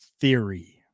Theory